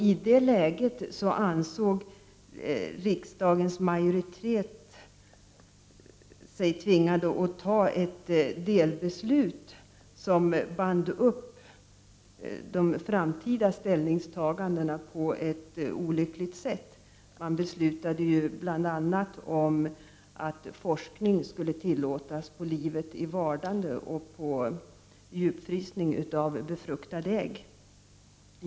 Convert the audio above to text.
I det läget ansåg riksdagens majoritet sig tvingad att ta ett delbeslut, som band upp de framtida ställningstagandena på ett olyckligt sätt. Man beslutade bl.a. om att forskning skulle tillåtas på livet i vardande och på djupfrysning av befruktade ägg.